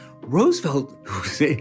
Roosevelt